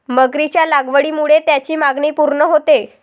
मगरीच्या लागवडीमुळे त्याची मागणी पूर्ण होते